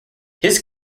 his